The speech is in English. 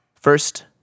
First